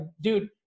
dude